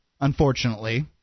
unfortunately